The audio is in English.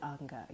anger